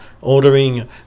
ordering